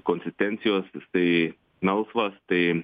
konsistencijos jisai melsvas tai